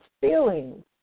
feelings